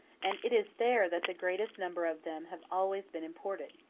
and it is there that the greatest number of them have always been imported.